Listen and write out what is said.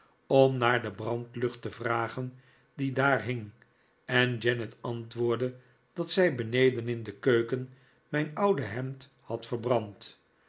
om naar de brandlucht te vragen die daar hing en janet antwoordde dat zij beneden in de keuken mijn oude hemd had verbrand